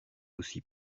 aussi